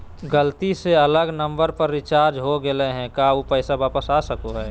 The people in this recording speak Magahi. गलती से अलग नंबर पर रिचार्ज हो गेलै है का ऊ पैसा वापस आ सको है?